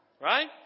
right